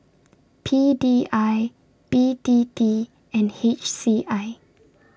P D I B T T and H C I